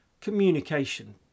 Communication